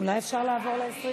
אם כך, אנחנו נעבור להצעת